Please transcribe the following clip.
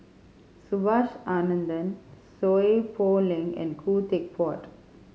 Subhas Anandan Seow Poh Leng and Khoo Teck Puat